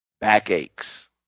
backaches